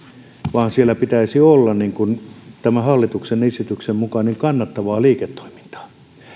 vaan siellä pitäisi olla tämän hallituksen esityksen mukaan kannattavaa liiketoimintaa